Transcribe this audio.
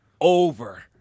over